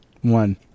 one